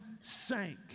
sank